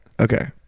Okay